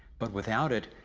but, without it,